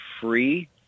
free